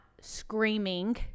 screaming